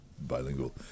bilingual